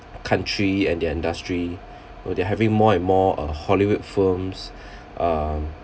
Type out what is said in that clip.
country and their industry where they're having more and more uh hollywood films um